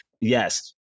Yes